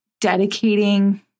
dedicating